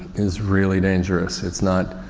is really dangerous. it's not,